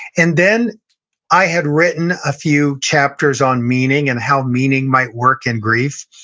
and then i had written a few chapters on meaning and how meaning might work in grief.